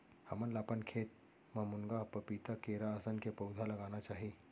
हमन ल अपन खेत म मुनगा, पपीता, केरा असन के पउधा लगाना चाही